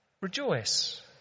rejoice